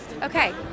okay